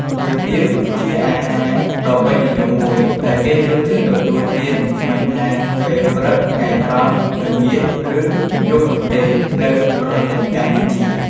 គុយទាវ ជាអាហារដ៏ពេញនិយមមួយ ដែលគេចូលចិត្តទទួលទានមិនថាពេលព្រឹក ថ្ងៃត្រង់ ល្ងាច ឬយប់នោះទេ នៅប្រទេសកម្ពុជា។